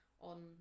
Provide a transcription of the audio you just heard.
on